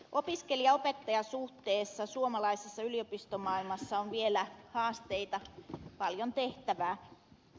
opiskelijaopettaja suhteessa suomalaisessa yliopistomaailmassa on vielä haasteita paljon tehtävää